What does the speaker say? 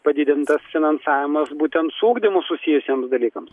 padidintas finansavimas būtent su ugdymu susijusiems dalykams